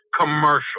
commercial